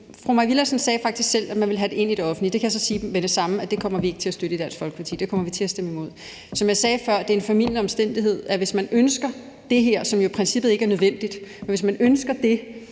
Fru Mai Villadsen sagde faktisk selv, at man ville have det ind i det offentlige. Jeg kan så sige med det samme, at det kommer vi ikke til at støtte i Dansk Folkeparti. Det kommer vi til at stemme imod. Som jeg sagde før: Hvis man ønsker det her, som jo i princippet ikke er nødvendigt, er det